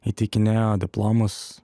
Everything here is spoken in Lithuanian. įteikinėjo diplomus